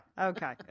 okay